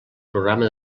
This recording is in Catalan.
programa